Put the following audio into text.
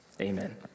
Amen